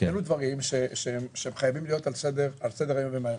עלו דברים שהם חייבים להיות על סדר-היום ומהר.